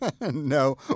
no